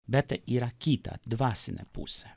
bet yra kita dvasinė pusė